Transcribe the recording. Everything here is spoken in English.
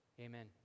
Amen